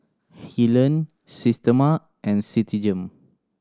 Helen Systema and Citigem